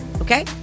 Okay